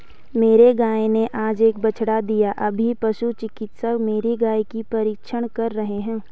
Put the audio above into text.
मेरी गाय ने आज एक बछड़ा दिया अभी पशु चिकित्सक मेरी गाय की परीक्षण कर रहे हैं